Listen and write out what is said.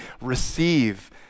receive